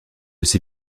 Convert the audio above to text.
ces